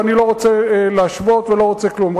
ואני לא רוצה להשוות ולא רוצה כלום.